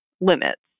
limits